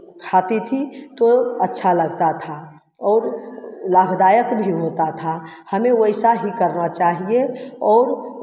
खाती थी तो अच्छा लगता था और लाभदायक भी होता था हमें वैसा ही करना चाहिए और